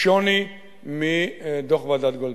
שוני מדוח ועדת-גולדברג.